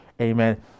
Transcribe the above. amen